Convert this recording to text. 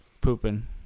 pooping